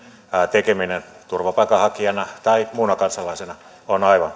tekeminen turvapaikanhakijana tai muuna kansalaisena on aivan